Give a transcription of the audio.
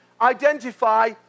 identify